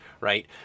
right